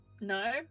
No